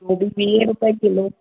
गोभी वीह रुपे किलो